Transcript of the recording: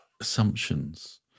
assumptions